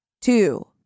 Two